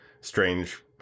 strange